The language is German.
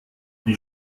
die